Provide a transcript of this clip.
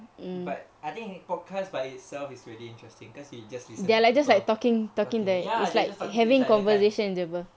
but I think podcast by itself is really interesting cause you just listen to people talking ya they just talking to each other kan